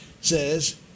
says